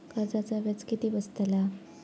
कर्जाचा व्याज किती बसतला?